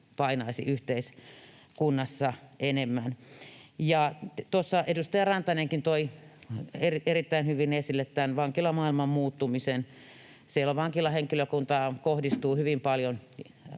painaisi yhteiskunnassa enemmän. Ja tuossa edustaja Rantanenkin toi erittäin hyvin esille tämän vankilamaailman muuttumisen. Siellä vankilahenkilökuntaan kohdistuu hyvin paljon